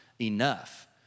enough